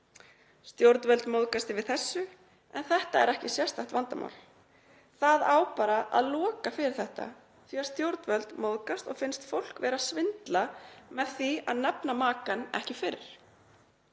Stjórnvöld móðgast yfir þessu en þetta er ekki sérstakt vandamál. Það á bara að loka fyrir þetta því að stjórnvöld móðgast og finnst fólk vera að svindla með því að nefna makann ekki fyrr.